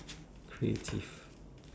creative